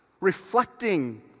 reflecting